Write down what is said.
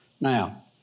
Now